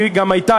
היא גם הייתה,